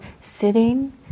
sitting